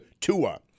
Tua